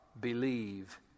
believe